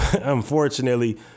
unfortunately